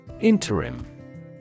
Interim